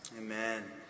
amen